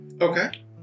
Okay